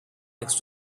next